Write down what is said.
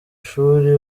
shuri